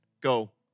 go